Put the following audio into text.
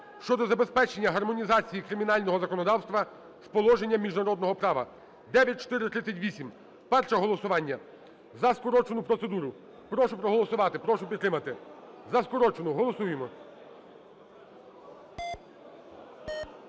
щодо забезпечення гармонізації кримінального законодавства з положеннями міжнародного права (9438). Перше голосування – за скорочену процедуру. Прошу проголосувати, прошу підтримати. За скорочену, голосуємо.